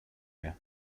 area